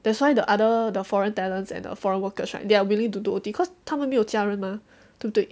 that's why the other the foreign talents and the foreign workers right they are willing to do O_T cause 他们没有家人嘛对不对